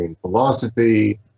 philosophy